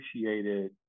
appreciated